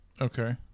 Okay